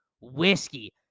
Whiskey